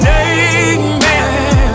amen